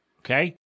okay